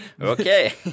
Okay